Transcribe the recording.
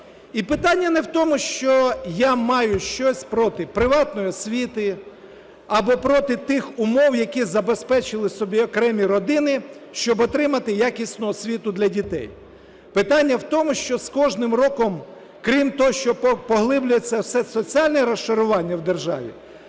І питання не в тому, що я маю щось проти приватної освіти або проти тих умов, які забезпечили собі окремі родини, щоб отримати якісну освіту для дітей. Питання в тому, що з кожним роком, крім того, що поглиблюється соціальне розшарування в державі,